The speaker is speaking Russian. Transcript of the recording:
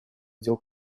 дел